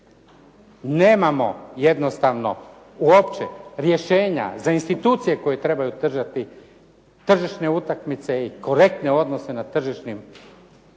Nemamo jednostavno uopće rješenja za institucije koje trebaju držati tržišne utakmice i korektne odnose na tržišnim